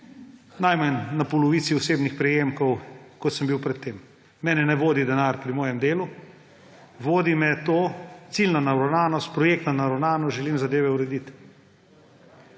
najmanj na polovici osebnih prejemkov, kot sem bil pred tem. Mene ne vodi denar pri mojem delu; vodi me ciljna naravnanost, projektna naravnanost, želim zadeve urediti.